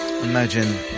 Imagine